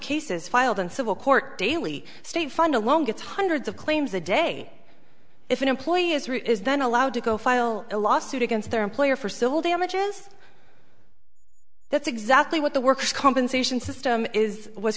cases filed in civil court daily state find a loan gets hundreds of claims a day if an employee is is then allowed to go file a lawsuit against their employer for civil damages that's exactly what the workers compensation system is was